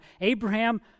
Abraham